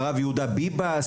ולא ידעתי מי זה הרב יהודה ביבאס,